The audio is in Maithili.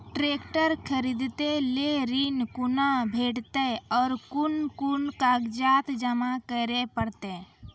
ट्रैक्टर खरीदै लेल ऋण कुना भेंटते और कुन कुन कागजात जमा करै परतै?